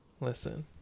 Listen